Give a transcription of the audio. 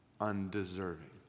undeserving